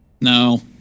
No